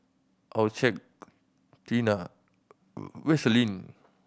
Accucheck Tena Vaselin